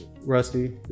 Rusty